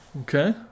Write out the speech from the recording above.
Okay